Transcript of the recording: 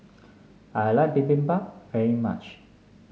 I like Bibimbap very much